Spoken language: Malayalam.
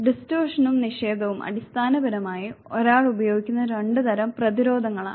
വളച്ചൊടിക്കലും നിഷേധവും അടിസ്ഥാനപരമായി ഒരാൾ ഉപയോഗിക്കുന്ന രണ്ട് തരം പ്രതിരോധങ്ങളാണ്